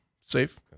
safe